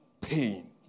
pain